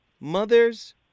Mother's